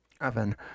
oven